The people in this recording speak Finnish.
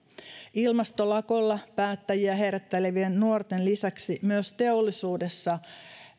ilmastolakolla päättäjiä herättelevien nuorten lisäksi myös teollisuudessa